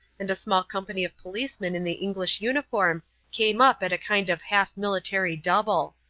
and a small company of policemen in the english uniform came up at a kind of half-military double.